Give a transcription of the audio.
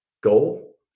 goal